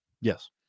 Yes